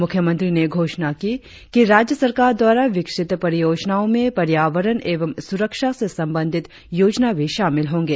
मुख्यमंत्री ने घोषणा की कि राज्य सरकार द्वारा विकसित परियोजनाओं में पर्यावरण एवं सुरक्षा से संबंधित योजना भी शामिल होंगे